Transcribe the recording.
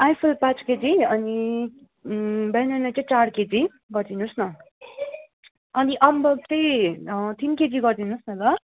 आइफल पाँच केजी अनि ब्यानाना चाहिँ चार केजी गरिदिनोस् न अनि अम्बक चाहिँ तिन केजी गरिदिनोस् न ल